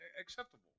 acceptable